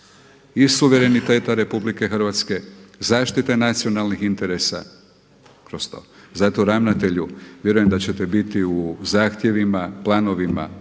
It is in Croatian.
i suvereniteta RH, zaštita nacionalnih interesa kroz to. Zato ravnatelju vjerujem da ćete biti u zahtjevima, planovima,